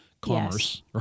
commerce